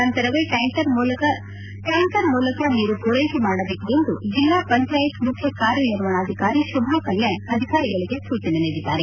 ನಂತರವೇ ಟ್ಕಾಂಕರ್ ಮೂಲಕ ನೀರು ಮೂರೈಕೆ ಮಾಡಬೇಕು ಎಂದು ಜಿಲ್ಲಾ ಪಂಜಾಯತ್ ಮುಖ್ಯ ಕಾರ್ಯನಿರ್ವಹಣಾಧಿಕಾರಿ ಶುಭಾ ಕಲ್ಯಾಣ್ ಅಧಿಕಾರಿಗಳಿಗೆ ಸೂಚನೆ ನೀಡಿದರು